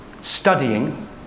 studying